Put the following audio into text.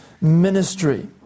ministry